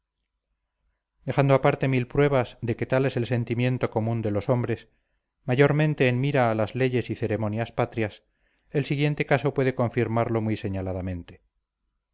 dejando aparte mil pruebas de que tal es el sentimiento común de los hombres mayormente en mira a las leyes y ceremonias patrias el siguiente caso puede confirmarlo muy señaladamente